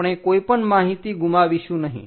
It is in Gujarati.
આપણે કોઈપણ માહિતી ગુમાવીશું નહીં